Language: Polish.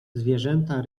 zwierzęta